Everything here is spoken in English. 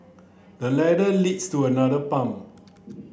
the ladder leads to another palm